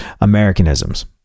Americanisms